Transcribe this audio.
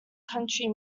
country